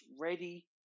ready